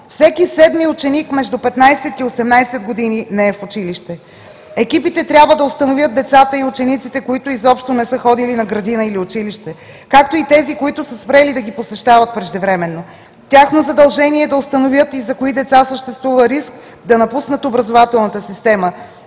всеки седми ученик между 15 и 18 години не е в училище. Екипите трябва да установят децата и учениците, които изобщо не са ходили на градина или училище, както и тези, които са спрели да ги посещават преждевременно. Тяхно задължение е да установят и за кои деца съществува риск да напуснат образователната система,